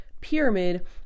pyramid